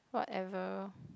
whatever